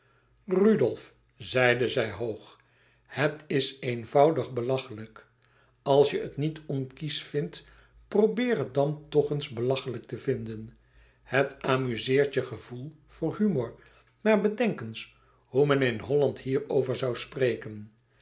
rudolf zeide zij hoog het is eenvoudig belachelijk als je het niet onkiesch vindt probeer het dan toch eens belachelijk te vinden het amuzeert je gevoel voor humor maar bedenk eens hoe men in holland hier over zoû spreken